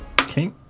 Okay